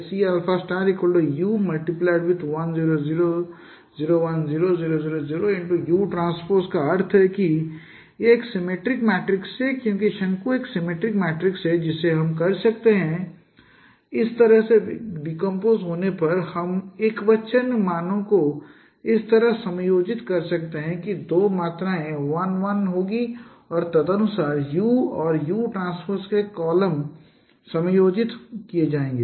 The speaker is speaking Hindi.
CU1 0 0 0 1 0 0 0 0 UT का अर्थ है क्योंकि यह एक सिमेट्रिक मैट्रिक्स है क्योंकि शंकु एक सिमेट्रिक मैट्रिक्स है जिसे हम कर सकते हैं इस तरह से विघटित होने पर हम एकवचन मानों को इस तरह समायोजित कर सकते हैं कि दो मात्राएँ 1 1 होगी और तदनुसार U और UT के कॉलम समायोजित किए जाएंगे